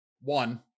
one